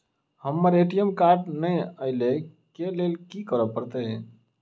हमरा ATM card नै अई लई केँ लेल की करऽ पड़त?